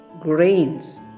grains